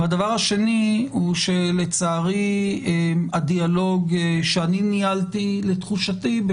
והדבר השני הוא שלצערי הדיאלוג שאני ניהלתי,